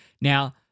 Now